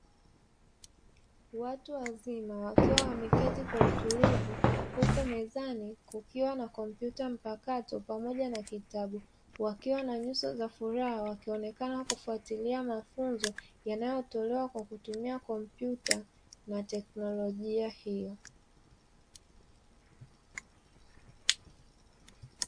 Watu wazima wakiwa wameketi kwa utulivu huku mezani kukiwa na kompyuta mpakato pamoja na kitabu wakiwa na nyuso za furaha, wakionekana kufuatilia mafunzo yanayotolewa kwa kutumia kompyuta na teknolojia hiyo.